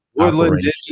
Woodland